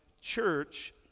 Church